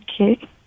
Okay